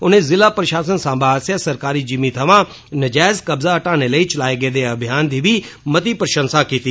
उनें जिला प्रषासन सांबा आस्सेआ सरकारी जिमीं थमां नजैज कब्जा हटाने लेई चलाए गेदे अभियान दी बी मती प्रषंसा कीती